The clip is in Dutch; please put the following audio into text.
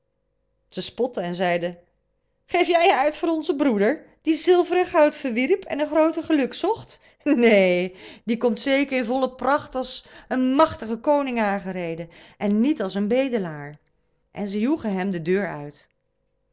zij spotten en zeiden geef jij je uit voor onzen broeder die zilver en goud verwierp en een grooter geluk zocht neen die komt zeker in volle pracht als een machtig koning aangereden en niet als een bedelaar en zij joegen hem de deur uit